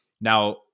Now